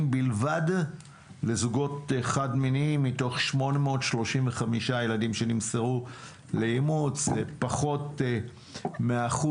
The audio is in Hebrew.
בלבד מתוך 835 ילדים שנמסרו לאימוץ פחות מ-1%.